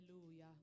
Hallelujah